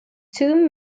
two